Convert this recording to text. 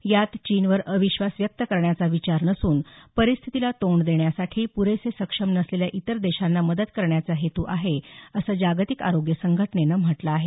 यात चीनवर अविश्वास व्यक्त करण्याचा विचार नसून परिस्थितीला तोंड देण्यासाठी पुरेसे सक्षम नसलेल्या इतर देशांना मदत करण्याचा हेतू आहे असं जागतिक आरोग्य संघटनेनं म्हटलं आहे